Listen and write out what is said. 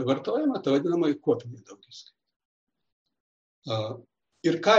vartojama ta vadinamoji kuopinė daugiskaita tai ką